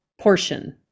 portion